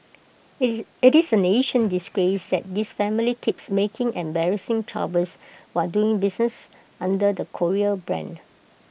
IT is IT is A national disgrace that this family keeps making embarrassing troubles while doing business under the Korea brand